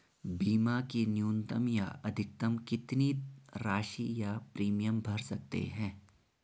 बीमा की न्यूनतम या अधिकतम कितनी राशि या प्रीमियम भर सकते हैं?